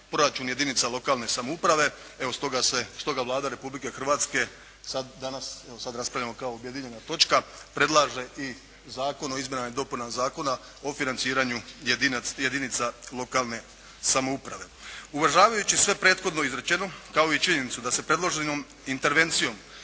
proračun jedinica lokalne samouprave. Evo stoga se, stoga Vlada Republike Hrvatske sad, danas evo sad raspravljamo kao objedinjena točka, predlaže i Zakon o izmjenama i dopunama Zakona o financiranju jedinica lokalne samouprave. Uvažavajući sve prethodno izrečeno kao i činjenicu da se predloženom intervencijom